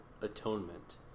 atonement